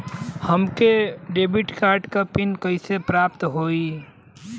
खाता से खाता मे पैसा भेजे ला का करे के होई?